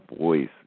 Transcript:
voice